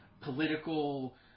political